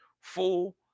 full